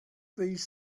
these